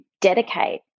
dedicate